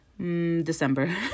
December